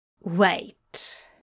Wait